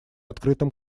открытом